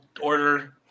order